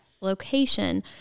location